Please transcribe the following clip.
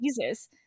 jesus